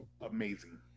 Amazing